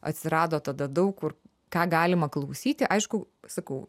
atsirado tada daug kur ką galima klausyti aišku sakau